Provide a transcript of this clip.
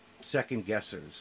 second-guessers